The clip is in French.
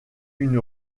une